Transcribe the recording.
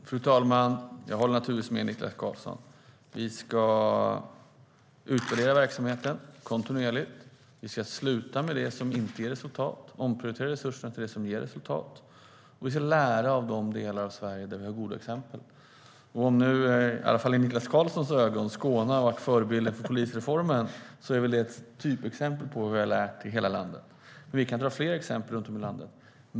Fru talman! Jag håller naturligtvis med Niklas Karlsson. Vi ska utreda verksamheten kontinuerligt. Vi ska sluta med det som inte ger resultat och omprioritera resurser till det som ger resultat. Vi ska lära av goda exempel från olika delar i Sverige. Om nu Skåne - i alla fall i Niklas Karlssons ögon - har varit förebilden för polisreformen är det ett typexempel på att man har lärt av erfarenheter från hela landet. Men jag kan nämna fler exempel.